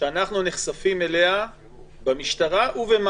אפשר גם להבין, אנשים גדלו ביחד.